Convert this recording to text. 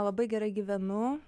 labai gerai gyvenu